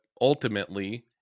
ultimately